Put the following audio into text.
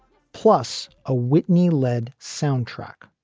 plus a whitney led soundtrack.